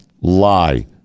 lie